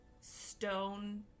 stone